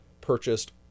purchased